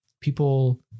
people